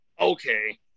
Okay